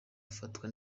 afatwa